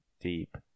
Deep